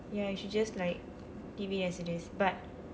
ya you should just like leave it as it is but